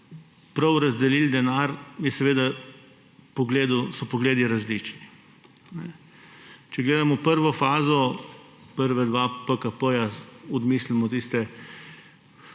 prav razdelili denar, so seveda pogledi različni. Če gledamo prvo fazo, prva dva PKP, odmislimo tiste